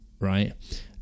right